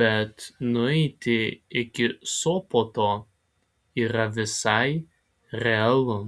bet nueiti iki sopoto yra visai realu